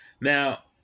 Now